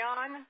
on